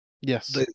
Yes